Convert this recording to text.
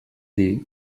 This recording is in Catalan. dir